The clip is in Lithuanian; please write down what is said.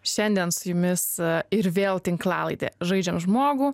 šiandien su jumis ir vėl tinklalaidė žaidžiam žmogų